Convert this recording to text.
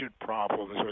problems